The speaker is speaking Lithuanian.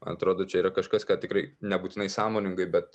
atrodo čia yra kažkas ką tikrai nebūtinai sąmoningai bet